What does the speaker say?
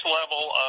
level